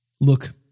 Look